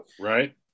right